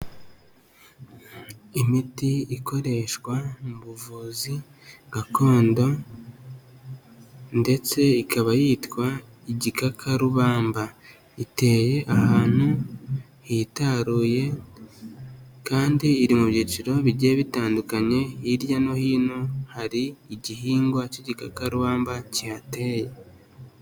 Imiti ikoreshwa mu buvuzi gakondo ndetse ikaba yitwa igikakarubamba, iteye ahantu hitaruye kandi iri mu byiciro bigiye bitandukanye, hirya no hino hari igihingwa cy'igikakarubamba kihateye.